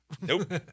nope